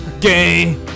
Gay